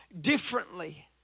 differently